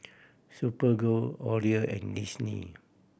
Superga Odlo and Disney